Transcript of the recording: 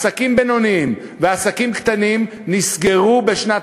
עסקים בינוניים ועסקים קטנים נסגרו בשנת